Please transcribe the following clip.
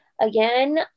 Again